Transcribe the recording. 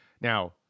Now